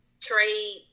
trade